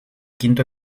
quinto